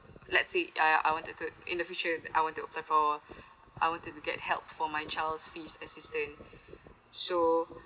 let's say ya I want to turn in the future I want to apply for I wanted to get help for my child's fees assistance so